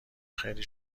خیلی